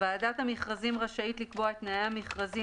"(ג)ועדת המכרזים רשאית לקבוע את תנאי המכרזים